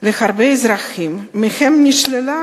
להרבה אזרחים שנשללה